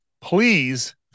please